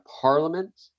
parliament